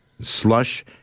slush